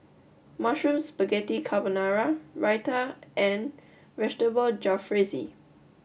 mushroom Spaghetti Carbonara Raita and vegetable Jalfrezi